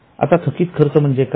आता थकीत खर्च म्हणजे काय